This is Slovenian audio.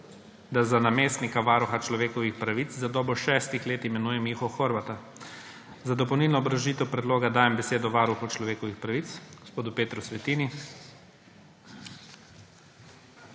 da za namestnika Varuha človekovih pravic za dobo šestih let imenuje Miho Horvata. Za dopolnilno obrazložitev predloga dajem besedo varuhu človekovih pravic gospodu Petru Svetini.